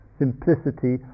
simplicity